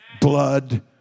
Blood